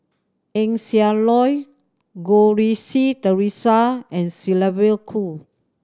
Eng Siak Loy Goh Rui Si Theresa and Sylvia Kho